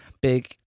big